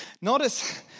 notice